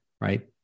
right